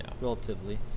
relatively